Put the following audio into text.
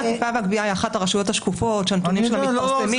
רשות האכיפה והגבייה היא אחת הרשויות השקופות שהנתונים שלה מתפרסמים,